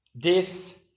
death